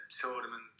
tournament